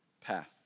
path